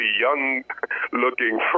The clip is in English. young-looking